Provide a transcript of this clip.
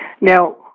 Now